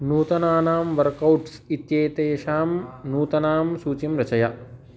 नूतनानां वर्कौट्स् इत्येतेषां नूतनां सूचीं रचय